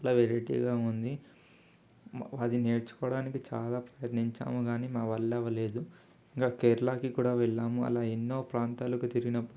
చాలా వెరైటీగా ఉంది అది నేర్చుకోడానికి చాలా ప్రయత్నిచాము కానీ మా వాళ్ళ అవ్వలేదు ఇంక కేరళకు కూడా వెళ్ళాము అలా ఎన్నో ప్రాంతాలకు తిరిగినప్పుడు